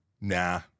Nah